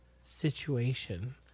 situation